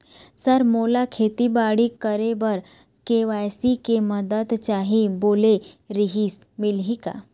Sir मोला खेतीबाड़ी करेबर के.सी.सी के मंदत चाही बोले रीहिस मिलही का?